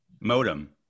Modem